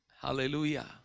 hallelujah